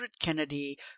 Kennedy